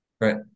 Right